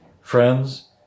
Friends